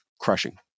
crushing